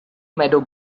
meadow